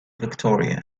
victoria